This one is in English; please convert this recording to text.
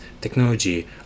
technology